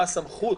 מה הסמכות